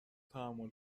تحمل